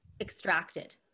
extracted